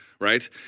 Right